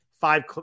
five